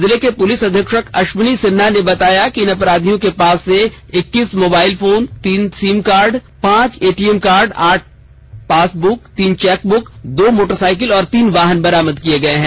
जिले के पूलिस अधीक्षक अश्विनी सिन्हा ने बताया कि इन अपराधियों के पास से इक्कीस मोबाईल फोन तीस सिम कार्ड पांच एटीएम कार्ड आठ पासबुक तीन चेक बुक दो मोटरसाइकिल और तीन वाहन बरामद किए हैं